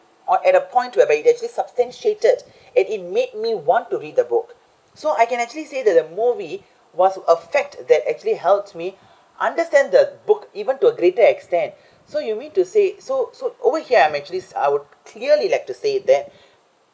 or at a point to have it actually substantiated and it made me want to read the book so I can actually say that the movie was affect that actually helped me understand the book even to a greater extent so you mean to say so so over here I'm actually I would clearly like to say that